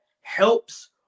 helps